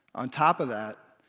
on top of that,